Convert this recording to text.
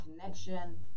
connection